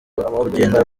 kugenda